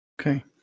Okay